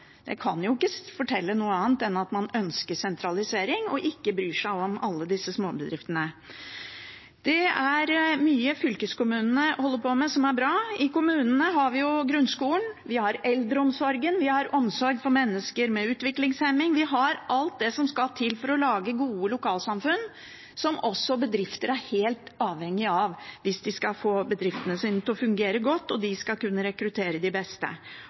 Det kan jo ikke fortelle noe annet enn at man ønsker sentralisering og ikke bryr seg om alle disse småbedriftene. Det er mye fylkeskommunene holder på med, som er bra. I kommunene har vi grunnskolen. Vi har eldreomsorgen. Vi har omsorg for mennesker med utviklingshemning. Vi har alt som skal til for å skape gode lokalsamfunn, som også bedriftene er helt avhengige av hvis de skal få bedriftene sine til å fungere godt og de skal kunne rekruttere de beste.